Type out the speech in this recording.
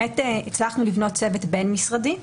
הצלחנו לבנות צוות בין-משרדי.